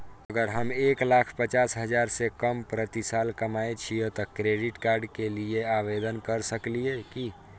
अगर हम एक लाख पचास हजार से कम प्रति साल कमाय छियै त क्रेडिट कार्ड के लिये आवेदन कर सकलियै की?